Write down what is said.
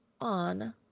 on